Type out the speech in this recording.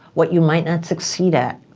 what you might not succeed at.